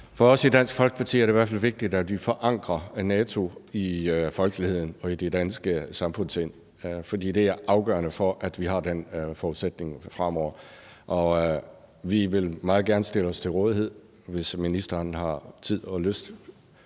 For os i Dansk Folkeparti er det i hvert fald vigtigt, at vi forankrer NATO i folkeligheden og i det danske samfundssind, for det er afgørende for, at vi har den forudsætning fremover. Og vi vil meget gerne stille os til rådighed, hvis ministeren har tid og lyst